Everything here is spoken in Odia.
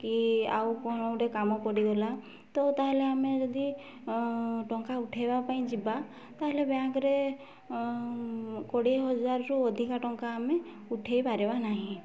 କି ଆଉ କ'ଣ ଗୋଟେ କାମ ପଡ଼ିଗଲା ତ ତା'ହେଲେ ଆମେ ଯଦି ଟଙ୍କା ଉଠାଇବା ପାଇଁ ଯିବା ତା'ହେଲେ ବ୍ୟାଙ୍କରେ କୋଡ଼ିଏ ହଜାରରୁ ଅଧିକା ଟଙ୍କା ଆମେ ଉଠାଇ ପାରିବାନାହିଁ